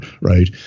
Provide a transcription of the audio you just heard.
Right